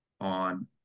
on